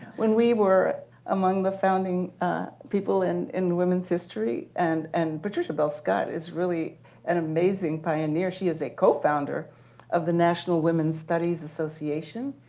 when we were among the founding people in in women's history. and and patricia bell-scott is really an amazing pioneer. she is a co-founder of the national women's studies association.